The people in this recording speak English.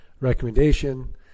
recommendation